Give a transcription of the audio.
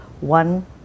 one